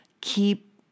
keep